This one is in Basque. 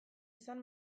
izan